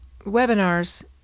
webinars